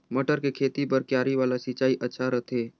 मटर के खेती बर क्यारी वाला सिंचाई अच्छा रथे?